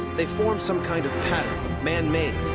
they form some kind of pattern, manmade,